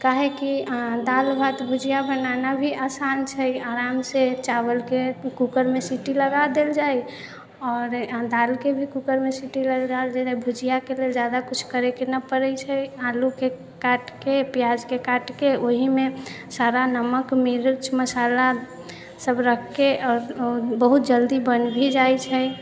काहेकि दालि भात भुजिआ बनाना भी आसान छै आरामसँ चावलके कूकरमे सीटी लगा देल जाइ आओर दालिके भी कूकरमे सीटी लगा देल जाइ भुजिआके लिए जादा कुछ करैके नहि पड़ै छै आलूके काटिके प्याजके काटिके ओहिमे सारा नमक मिर्च मसाला सभ रखके आओर ओ बहुत जल्दी बनि भी जाइ छै